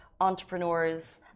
entrepreneurs